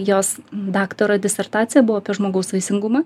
jos daktaro disertacija buvo apie žmogaus vaisingumą